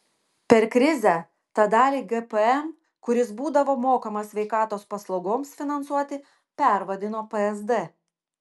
per krizę tą dalį gpm kuris būdavo mokamas sveikatos paslaugoms finansuoti pervadino psd